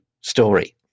story